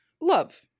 love